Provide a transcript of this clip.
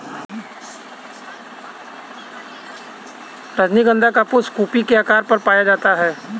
रजनीगंधा का पुष्प कुपी के आकार का पाया जाता है